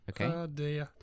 okay